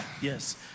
Yes